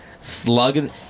slugging